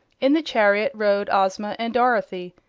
in the chariot rode ozma and dorothy,